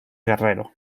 guerrero